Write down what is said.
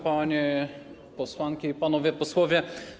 Panie Posłanki i Panowie Posłowie!